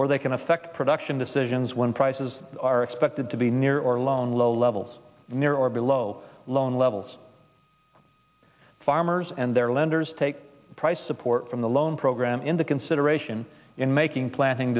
or they can affect production decisions when prices are expected to be near or loan low levels near or below loan levels farmers and their lenders take price support from the loan program into consideration in making planning